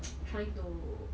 trying to